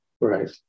Right